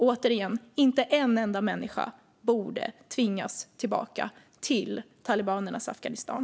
Återigen: Inte en enda människa borde tvingas tillbaka till talibanernas Afghanistan.